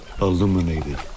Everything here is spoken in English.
illuminated